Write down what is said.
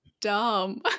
dumb